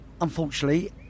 Unfortunately